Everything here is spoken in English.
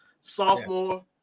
Sophomore